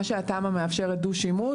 במה שהתמ"א מאפשרת דו-שימוש,